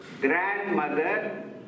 grandmother